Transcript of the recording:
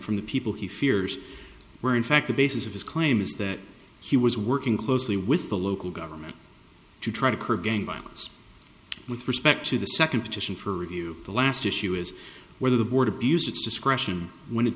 from the people he fears were in fact the basis of his claim is that he was working closely with the local government to try to curb gang violence with respect to the second petition for review the last issue is whether the board abused its discretion when it